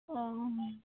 ᱚᱻ